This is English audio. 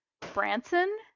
Branson